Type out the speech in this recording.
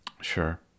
Sure